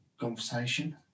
conversation